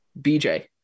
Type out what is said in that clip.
BJ